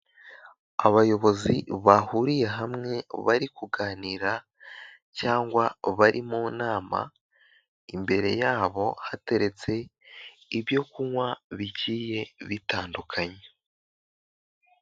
Abayobozi bahuriye hamwe bari kuganira cyangwa bari mu nama imbere yabo hateretse ibyo kunywa bigiye bitandukanye.